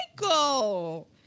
Michael